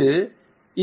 இது